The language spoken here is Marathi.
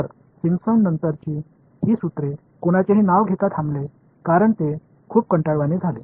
तर सिंपसन नंतरची ही सूत्रे कोणाचेही नाव घेता थांबले कारण ते खूप कंटाळवाणे झाले